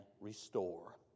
restore